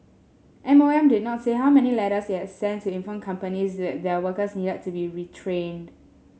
M O M did not say how many letters it had sent to inform companies that their workers needed to be retrained